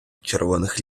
червоних